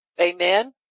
Amen